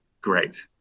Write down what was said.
great